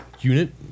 unit